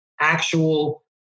actual